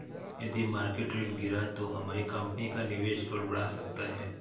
यदि market rate गिरा तो हमारी कंपनी का निवेश गड़बड़ा सकता है